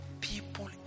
People